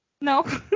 No